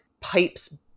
pipes